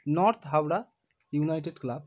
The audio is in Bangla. north Howrah United club